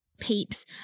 peeps